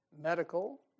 medical